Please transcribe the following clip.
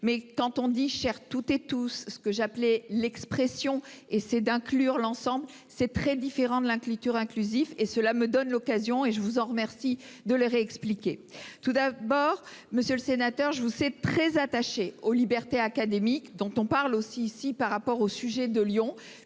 Mais quand on dit cher toutes et tous ceux que j'appelais l'expression et c'est d'inclure l'ensemble c'est très différent de la clique inclusif et cela me donne l'occasion et je vous en remercie de le réexpliquer tout d'abord Monsieur le Sénateur, je vous sais très attaché aux libertés académiques dont on parle aussi ici par rapport au sujet de Lyon